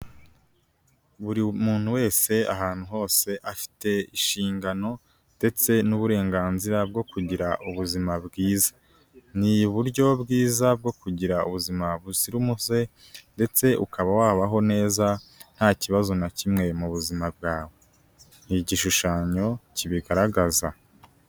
Buri muntu wese ahantu hose afite inshingano ndetse n'uburenganzira bwo kugira ubuzima bwiza. Ni uburyo bwiza bwo kugira ubuzima buzira umuze ndetse ukaba wabaho neza, nta kibazo na kimwe mu buzima bwawe. Ni igishushanyo kibigaragaza.